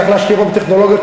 צריך להשקיע היום בטכנולוגיות,